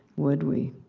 would we?